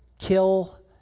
kill